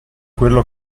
quello